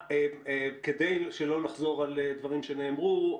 כדי לא לחזור על דברים שנאמרו,